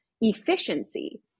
efficiency